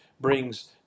brings